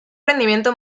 rendimiento